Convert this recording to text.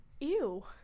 Ew